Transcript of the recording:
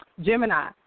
Gemini